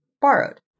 borrowed